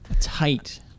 Tight